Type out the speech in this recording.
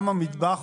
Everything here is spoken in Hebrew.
גם המטבח,